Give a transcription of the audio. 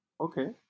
Okay